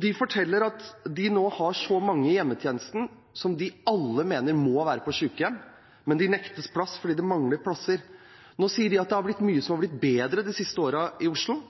De forteller at de nå har mange i hjemmetjenesten som de mener må være på sykehjem, men de nektes plass fordi det mangler plasser. Nå sier de at det er mye som er blitt bedre de siste årene i Oslo,